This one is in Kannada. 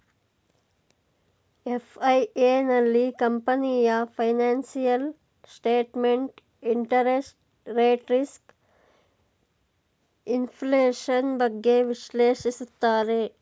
ಎಫ್.ಐ.ಎ, ನಲ್ಲಿ ಕಂಪನಿಯ financial statement, interest rate risk, inflation, ಬಗ್ಗೆ ವಿಶ್ಲೇಷಿಸುತ್ತಾರೆ